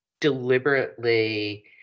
deliberately